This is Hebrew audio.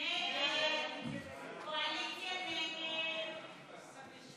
ההסתייגות (89) של קבוצת סיעת ישראל ביתנו וקבוצת סיעת יש